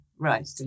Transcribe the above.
Right